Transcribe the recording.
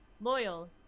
loyal